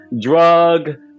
drug